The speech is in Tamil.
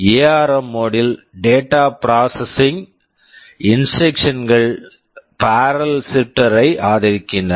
எஆர்ம் ARM மோட் mode ல் data processing data processing instructions instructions கள் பார்ரெல் ஷிப்ட்டிங் barrel shifting கை ஆதரிக்கின்றன